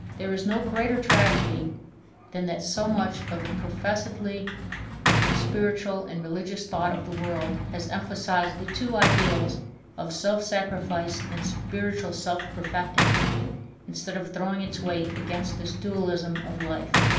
there is no greater tragedy than that so much of the professedly spiritual and religious thought of the world has emphasized the two ideals of self-sacrifice and spiritual self-perfecting instead of throwing its weight against this dualism of life.